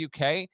UK